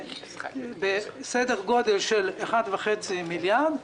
בסדר גודל של 1.5 מיליארד שקל,